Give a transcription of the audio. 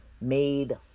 made